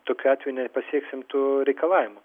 tokiu atveju nepasieksim tų reikalavimų